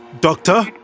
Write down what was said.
Doctor